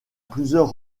plusieurs